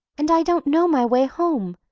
and i don't know my way home.